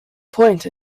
point